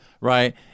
right